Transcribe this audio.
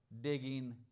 digging